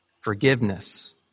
forgiveness